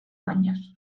años